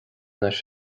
leis